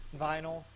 vinyl